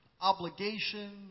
obligation